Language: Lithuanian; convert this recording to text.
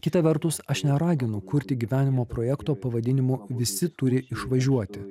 kita vertus aš neraginu kurti gyvenimo projekto pavadinimu visi turi išvažiuoti